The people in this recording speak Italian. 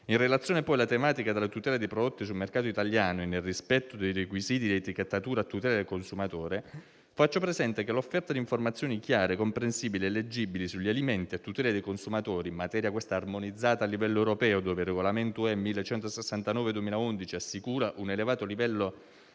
In relazione poi alla tematica della tutela dei prodotti sul mercato italiano e del rispetto dei requisiti di etichettatura a tutela del consumatore, faccio presente che l'offerta di informazioni chiare, comprensibili e leggibili sugli alimenti a tutela dei consumatori - materia armonizzata a livello europeo, dove il regolamento UE 1169/2011 assicura un elevato livello